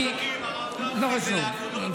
הרב גפני, זה לא